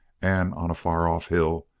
and on a far-off hill,